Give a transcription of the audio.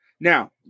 Now